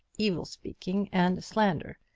evil-speaking, and slandering,